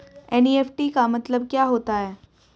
NEFT का मतलब क्या होता है?